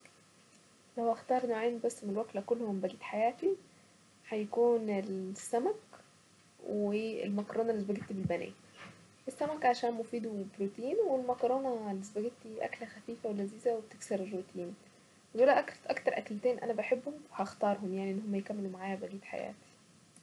راح افضل البحر ولا الجبل لا هختار البحر عشان البحر دايما هادي وبيديني احساس كده بالحرية والانطلاق واحساس الراحة انه الانسان يكون واخده كده ده غير ان البحر بصراحة بيغير المود وبيشفي من امراض كتيرة يعني امراض كتيرة لو نزلنا بحر الواحد يرجع زي الفل.